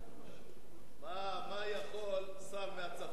חברי חברי הכנסת, חבר